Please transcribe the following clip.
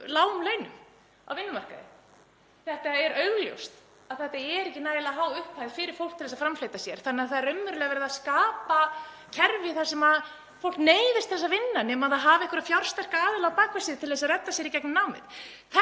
launum á vinnumarkaði. Það er augljóst að þetta er ekki nægilega há upphæð fyrir fólk til þess að framfleyta sér þannig að það er raunverulega verið að skapa kerfi þar sem fólk neyðist til að vinna nema það hafi einhverja fjársterka aðila á bak við sig til að redda sér í gegnum námið.